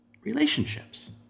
Relationships